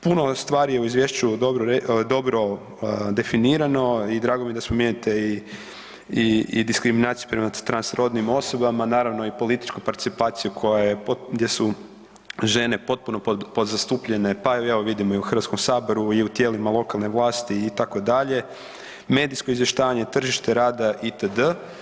Puno stvari u izvješću je dobro definirano i drago mi je da spominjete i diskriminaciju prema transrodnim osobama, naravno i političku participaciju gdje su žene potpuno podzastupljene, pa evo vidimo i u HS-u i u tijelima lokalne vlasti itd., medijsko izvještavanje, tržište rada itd.